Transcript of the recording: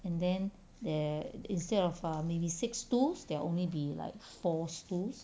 and then there instead of err maybe six stools there only be like four stools